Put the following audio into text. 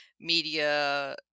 media